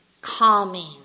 Calming